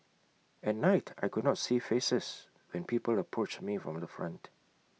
at night I could not see faces when people approached me from the front